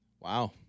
wow